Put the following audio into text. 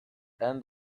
and